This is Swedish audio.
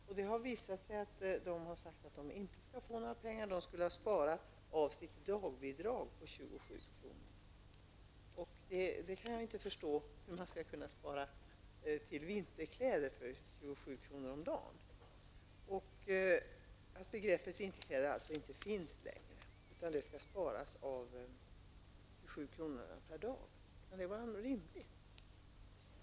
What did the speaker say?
Man har sagt att dessa flyktingar inte skall få några pengar och att de i stället skall spara av sitt dagbidrag på 27 kr. Jag kan inte förstå hur man skall kunna spara till vinterkläder med 27 kr. per dag och att begreppet vinterkläder inte längre finns. Kan det vara rimligt?